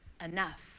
enough